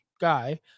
guy